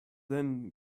then